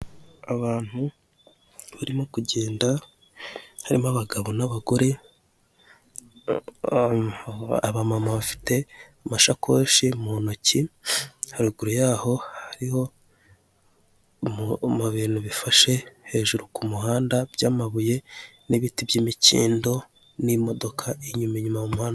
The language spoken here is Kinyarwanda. Abantu barimo kugenda harimo abagabo n'abagore, aba mama bafite amashakoshi mu ntoki haruguru yaho hariho ibintu bifashe hejuru ku muhanda by'amabuye n'ibiti by'imikindo n'imodoka inyuma inyuma mu muhanda.